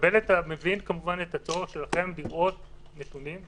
מקבל ומבין כמובן את הצורך שלכם לראות נתונים,